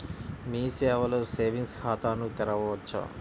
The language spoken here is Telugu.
మీ సేవలో సేవింగ్స్ ఖాతాను తెరవవచ్చా?